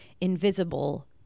invisible